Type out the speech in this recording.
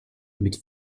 mit